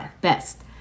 best